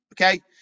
okay